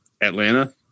Atlanta